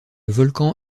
volcan